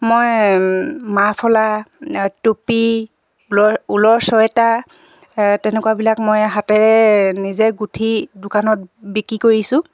মই মাফলাৰ টুপী ঊলৰ ঊলৰ চুৱেটাৰ তেনেকুৱাবিলাক মই হাতেৰে নিজে গোঁঠি দোকানত বিক্ৰী কৰিছোঁ